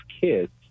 kids